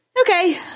Okay